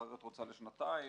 אחרת רוצה לשנתיים,